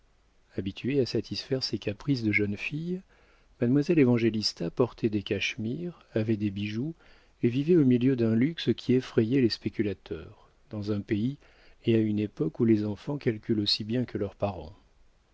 habituée à satisfaire ses caprices de jeune fille mademoiselle évangélista portait des cachemires avait des bijoux et vivait au milieu d'un luxe qui effrayait les spéculateurs dans un pays et à une époque où les enfants calculent aussi bien que leurs parents